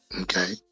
Okay